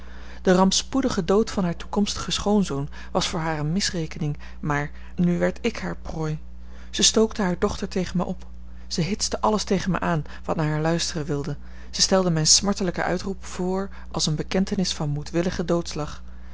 de rampspoedige dood van haar toekomstigen schoonzoon was voor haar eene misrekening maar n werd ik hare prooi zij stookte hare dochter tegen mij op zij hitste alles tegen mij aan wat naar haar luisteren wilde zij stelde mijn smartelijken uitroep voor als eene bekentenis van moedwilligen